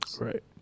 Right